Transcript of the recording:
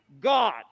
God